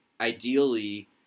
ideally